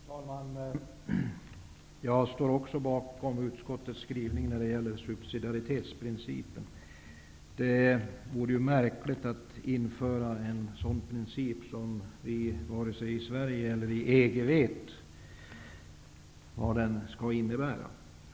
Herr talman! Jag ställer mig också bakom utskottets skrivning när det gäller subsidiaritetsprincipen. Det vore märkligt att införa en princip som vare sig vi i Sverige eller de i EG vet vad den innebär.